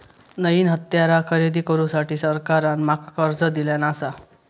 नईन हत्यारा खरेदी करुसाठी सरकारान माका कर्ज दिल्यानं आसा